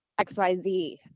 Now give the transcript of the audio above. XYZ